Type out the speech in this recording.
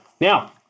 Now